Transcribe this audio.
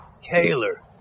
Taylor